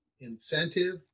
Incentive